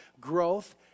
growth